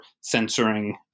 censoring